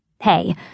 hey